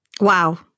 Wow